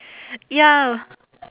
ya